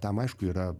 tam aišku yra